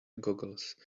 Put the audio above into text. googles